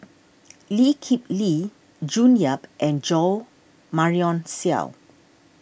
Lee Kip Lee June Yap and Jo Marion Seow